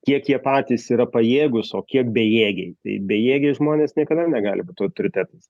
kiek jie patys yra pajėgūs o kiek bejėgiai tai bejėgiai žmonės niekada negali būt autoritetais